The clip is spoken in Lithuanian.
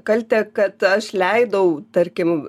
kaltę kad aš leidau tarkim